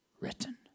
written